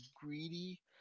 greedy